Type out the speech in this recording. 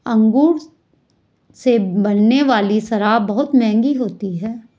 अंगूर से बनने वाली शराब बहुत मँहगी होती है